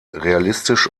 realistisch